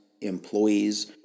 employees